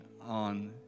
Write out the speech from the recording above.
on